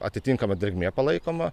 atitinkama drėgmė palaikoma